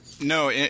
No